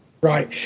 Right